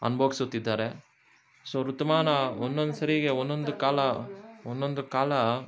ಅನ್ಬೊಗಿಸುತ್ತಿದ್ದಾರೆ so ಋತುಮಾನ ಒನ್ನೊಂದು ಸರಿಗೆ ಒನ್ನೊಂದು ಕಾಲ ಒನ್ನೊಂದು ಕಾಲ